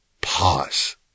pause